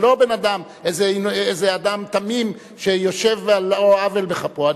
זה לא איזה אדם תמים שיושב על לא עוול בכפו.